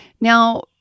Now